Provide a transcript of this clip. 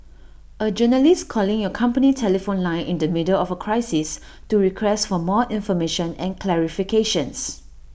A journalist calling your company telephone line in the middle of A crisis to request for more information and clarifications